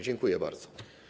Dziękuję bardzo.